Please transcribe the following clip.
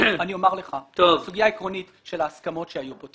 אני אומר לך סוגיה עקרונית של ההסכמות שהיו כאן.